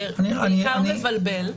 זה בעיקר מבלבל.